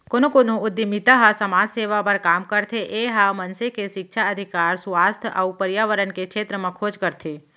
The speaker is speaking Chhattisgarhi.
कोनो कोनो उद्यमिता ह समाज सेवा बर काम करथे ए ह मनसे के सिक्छा, अधिकार, सुवास्थ अउ परयाबरन के छेत्र म खोज करथे